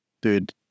Dude